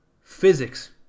physics